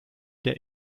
der